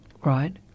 Right